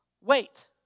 Wait